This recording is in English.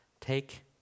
Take